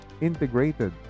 integrated